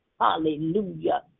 hallelujah